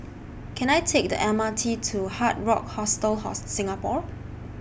Can I Take The M R T to Hard Rock Hostel Singapore